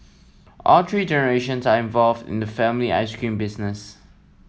all three generations are involved in the family ice cream business